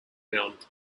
found